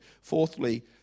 Fourthly